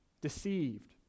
deceived